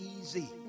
easy